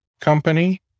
company